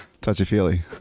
touchy-feely